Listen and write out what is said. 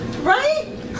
right